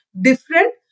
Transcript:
different